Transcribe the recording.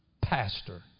pastor